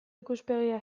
ikuspegia